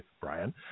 Brian